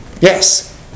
Yes